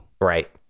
Right